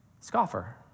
Scoffer